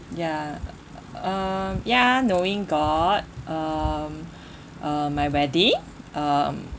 ya um ya knowing god um uh my wedding um